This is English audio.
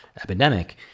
epidemic